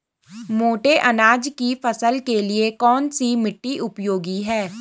मोटे अनाज की फसल के लिए कौन सी मिट्टी उपयोगी है?